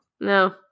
No